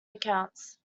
accounts